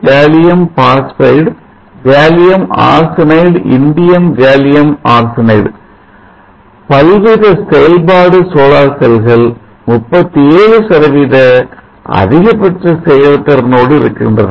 Indium gallium phosphide gallium arsenide indium gallium arsenide பல்வித செயல்பாடு solar செல்கள் 37 சதவீத அதிகபட்ச செயல்திறனோடு இருக்கின்றன